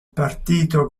partito